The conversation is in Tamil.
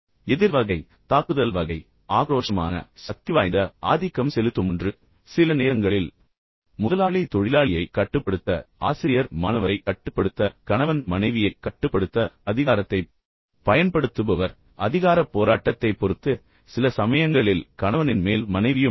எதிர் வகை தாக்குதல் வகை ஆக்ரோஷமான சக்திவாய்ந்த ஆதிக்கம் செலுத்தும் ஒன்று சில நேரங்களில் தொழிலாளியின் மீது முதலாளியைக் கட்டுப்படுத்த மாணவர் மீது ஆசிரியரை கட்டுப்படுத்த கணவன் மனைவியை கட்டுப்படுத்த அவர்கள் அதிகாரத்தைப் பயன்படுத்துபவர் அதிகாரப் போராட்டத்தைப் பொறுத்து சில சமயங்களில் கணவனின் மேல் மனைவியும் கூட